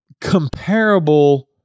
comparable